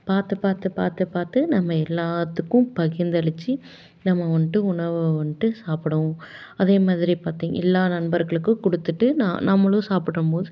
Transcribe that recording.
பார்த்து பார்த்து பார்த்து பார்த்து நம்ம எல்லாத்துக்கும் பகிர்ந்தளிச்சு நம்ம வந்துட்டு உணவை வந்துட்டு சாப்பிடுவோம் அதேமாதிரி பார்த்திங்க எல்லா நண்பர்களுக்கும் கொடுத்துட்டு நான் நம்மளும் சாப்பிடும் போது